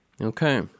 Okay